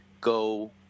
go